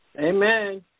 Amen